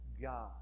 God